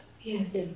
Yes